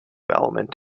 element